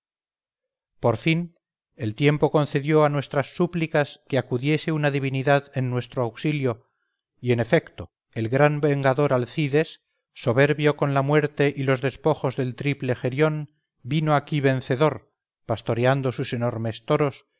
por fin el tiempo concedió a nuestras súplicas que acudiese una divinidad en nuestro auxilio y en efecto el gran vengador alcides soberbio con la muerte y los despojos del triple gerión vino aquí vencedor pastoreando sus enormes toros